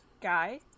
guy